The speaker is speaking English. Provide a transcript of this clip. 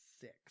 six